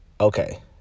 Okay